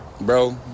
bro